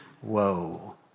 whoa